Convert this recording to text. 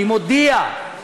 אני מודיע,